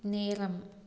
நேரம்